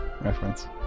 reference